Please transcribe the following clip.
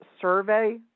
survey